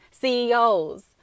CEOs